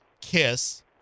KISS